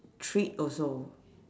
treat also